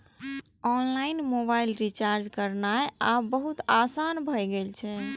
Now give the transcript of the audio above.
online mobile recharge करनाय आब बहुत आसान भए गेल छै